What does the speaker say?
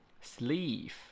Sleeve